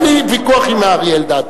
אין לי ויכוח עם אריה אלדד.